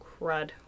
crud